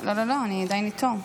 לא, לא, אני עדיין איתו.